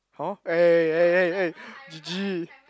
hor eh eh eh eh eh g_g